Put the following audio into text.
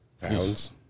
pounds